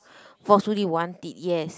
forcefully want it yes